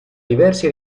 diversi